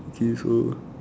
okay so